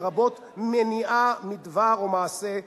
לרבות מניעה מדבר או מעשה,